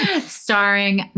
starring